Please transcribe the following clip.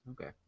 Okay